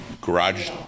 garage